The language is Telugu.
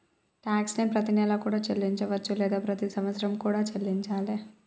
ట్యాక్స్ ని ప్రతినెలా కూడా చెల్లించవచ్చు లేదా ప్రతి సంవత్సరం కూడా చెల్లించాలే